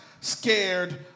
scared